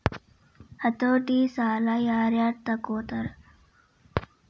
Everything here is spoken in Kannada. ಹತೋಟಿ ಸಾಲಾ ಯಾರ್ ಯಾರ್ ತಗೊತಾರ?